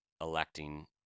electing